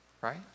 Right